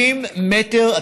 50 מטר.